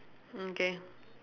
okay